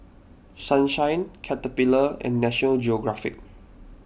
Sunshine Caterpillar and National Geographic